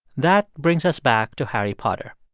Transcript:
that brings us back to harry potter.